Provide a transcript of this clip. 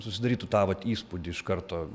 susidarytų tą vat įspūdį iš karto